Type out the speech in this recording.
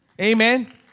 Amen